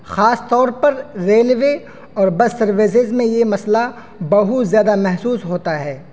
خاص طور پر ریلوے اور بس سروسز میں یہ مسئلہ بہت زیادہ محسوس ہوتا ہے